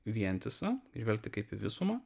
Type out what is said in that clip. vientisą žvelgti kaip į visumą